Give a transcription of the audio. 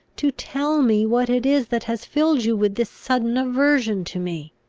to tell me what it is that has filled you with this sudden aversion to me.